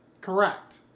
Correct